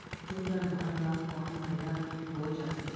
दुबराज धान ला कोन महीना में बोये जाथे?